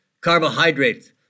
carbohydrates